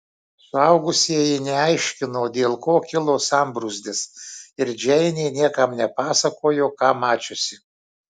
suaugusieji neaiškino dėl ko kilo sambrūzdis ir džeinė niekam nepasakojo ką mačiusi